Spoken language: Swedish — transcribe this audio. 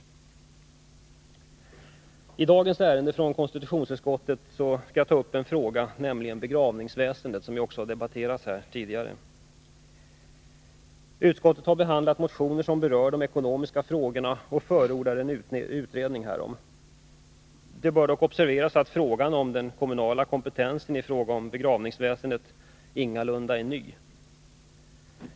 När det gäller dagens ärende från konstitutionsutskottet skall jag ta upp frågan om begravningsväsendet, som har debatterats här tidigare. Utskottet har behandlat motioner som berör de ekonomiska frågorna och förordar en utredning. Det bör dock observeras att frågan om den kommunala kompetensen i fråga om begravningsväsendet ingalunda är ny.